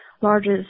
largest